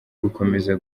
gukomeza